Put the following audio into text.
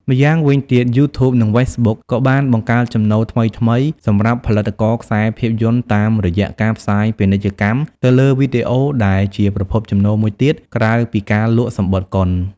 ម្យ៉ាងវិញទៀត យូធូប និង ហ្វេសប៊ុក ក៏បាន បង្កើតចំណូលថ្មីៗ សម្រាប់ផលិតករខ្សែភាពយន្តតាមរយៈការផ្សាយពាណិជ្ជកម្មទៅលើវីដេអូ ដែលជាប្រភពចំណូលមួយទៀតក្រៅពីការលក់សំបុត្រកុន។